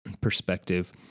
perspective